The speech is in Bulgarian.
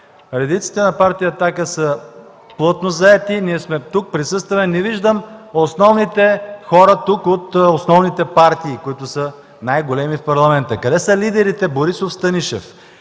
Редиците на партия „Атака” са плътно заети, ние сме тук, присъстваме. Не виждам основните хора от основните партии тук, които са най-големи в Парламента. Къде са лидерите Борисов, Станишев?